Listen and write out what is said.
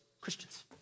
Christians